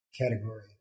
category